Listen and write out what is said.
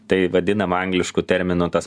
tai vadinama anglišku terminu tas